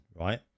right